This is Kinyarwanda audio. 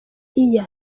year